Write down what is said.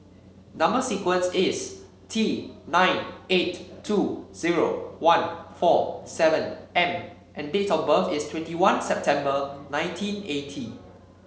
number sequence is T nine eight two zero one four seven M and date of birth is twenty one September nineteen eighty